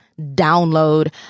download